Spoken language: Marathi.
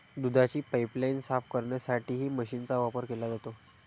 दुधाची पाइपलाइन साफ करण्यासाठीही मशीनचा वापर केला जातो